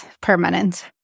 permanent